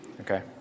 Okay